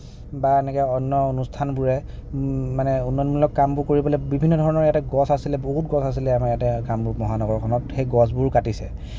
বা এনেকে অন্য অনুস্থানবোৰে মানে উন্নয়নমূলক কামবোৰ কৰিবলৈ বিভিন্ন ধৰণৰ ইয়াতে গছ আছিলে বহুত গছ আছিলে আমাৰ ইয়াতে কামৰূপ মহানগৰখনত সেই গছবোৰ কাটিছে